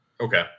Okay